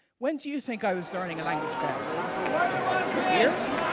when do you think i was learning a language better here?